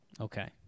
Okay